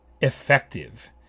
effective